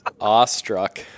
Awestruck